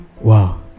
Wow